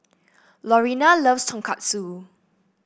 Lorena loves Tonkatsu